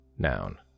Noun